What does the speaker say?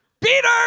Peter